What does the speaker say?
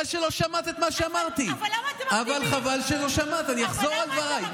אבל חבל שלא שמעת את דבריי.